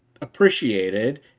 appreciated